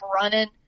running